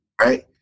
Right